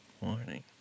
morning